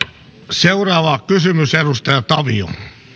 seuraava kysymys edustaja tavio